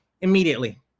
immediately